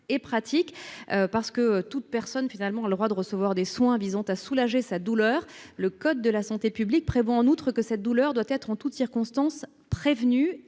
pratiques parce que toute personne finalement le droit de recevoir des soins visant à soulager sa douleur, le code de la santé publique prévoit en outre que cette douleur doit être en toutes circonstances, prévenue